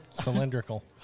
Cylindrical